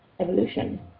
Evolution